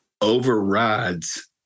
overrides